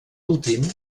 últim